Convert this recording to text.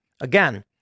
Again